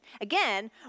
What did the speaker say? Again